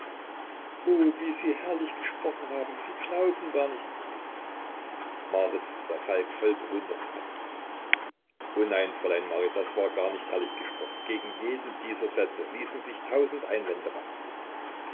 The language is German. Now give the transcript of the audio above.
wie sie herrlich gesprochen haben sie glauben gar nicht marit sah falk voll bewunderung an oh nein fräulein marit das war gar nicht herrlich gesprochen gegen jeden dieser sätze ließen sich tausend einwände machen